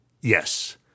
Yes